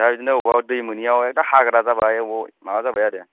दा बिदिनो अबेबा दै मोनैआव एकदम हाग्रा जाबाय अबावबा माबा जाबाय आरो